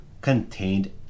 contained